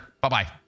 Bye-bye